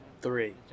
Three